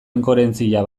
inkoherentzia